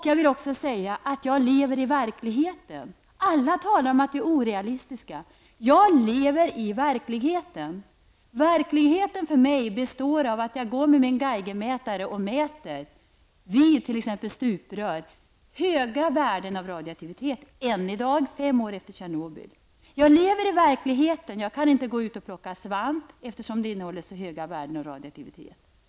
Jag vill också säga att jag lever i verkligheten. Alla talar om att vi är orealistiska. Jag lever i verkligheten. Verkligheten består för mig av att jag går med min geigermätare och mäter, t.ex. vid stuprör, höga värden av radioaktivitet -- än i dag, fem år efter Tjernobyl. Jag lever i verkligheten; jag kan inte gå ut och plocka svamp, eftersom de innehåller så mycket radioaktivitet.